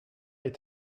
est